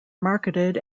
marketed